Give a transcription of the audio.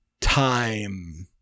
time